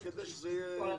כדי שזה יהיה טוב,